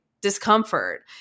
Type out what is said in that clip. discomfort